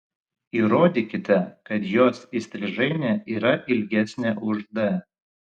įrodykite kad jos įstrižainė yra ilgesnė už d